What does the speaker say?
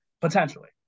Potentially